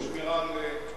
שמירה על זכות הפרט.